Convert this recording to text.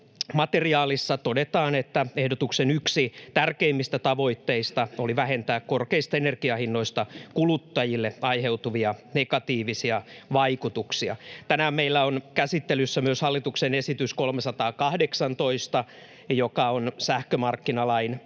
materiaalissa todetaan, että ehdotuksen yksi tärkeimmistä tavoitteista oli vähentää korkeista energiahinnoista kuluttajille aiheutuvia negatiivisia vaikutuksia. Tänään meillä on käsittelyssä myös hallituksen esitys 318, joka on sähkömarkkinalain